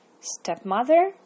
Stepmother